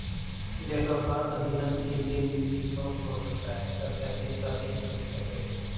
लेखाकार अधीनस्थ के लिए निम्नलिखित नोट छोड़ सकता है कृपया शेष राशि की समीक्षा करें